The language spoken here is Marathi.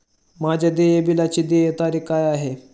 माझ्या देय बिलाची देय तारीख काय आहे?